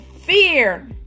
fear